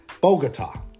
Bogota